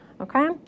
Okay